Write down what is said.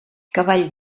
cavall